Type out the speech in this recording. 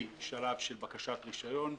משלב של בקשות רישיון,